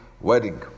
wedding